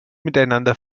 miteinander